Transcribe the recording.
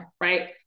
Right